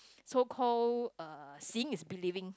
so called uh seeing is believing